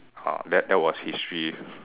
ya that that was history